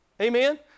Amen